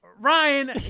Ryan